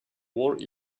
war